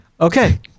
Okay